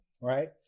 right